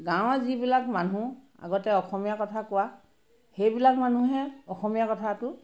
গাঁৱৰ যিবিলাক মানুহ আগতে অসমীয়া কথা কোৱা সেইবিলাক মানুহে অসমীয়া কথাটো